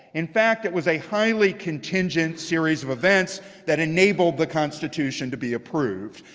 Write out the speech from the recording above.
in fact it was a highly contingent series of events that enabled the constitution to be approved.